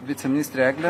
viceministre egle